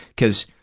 because,